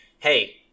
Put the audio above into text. Hey